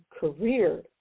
career